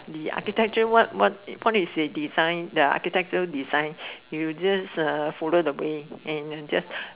the architecture one one one is they design the architecture design you just uh follow the way and you just